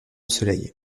soleil